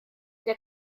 der